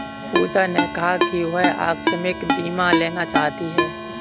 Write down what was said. पूजा ने कहा कि वह आकस्मिक बीमा लेना चाहती है